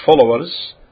followers